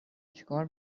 چیکار